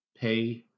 Pay